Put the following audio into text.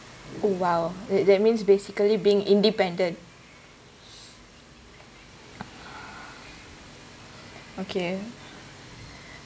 oh !wow! that that means basically being independent okay